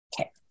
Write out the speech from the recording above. Okay